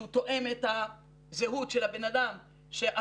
שהוא תואם את הזהות של הבן אדם שעבורו